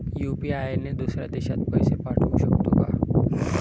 UPI ने दुसऱ्या देशात पैसे पाठवू शकतो का?